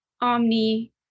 omni